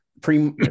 pre